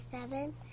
seven